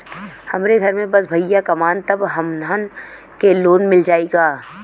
हमरे घर में बस भईया कमान तब हमहन के लोन मिल जाई का?